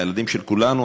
הילדים של כולנו,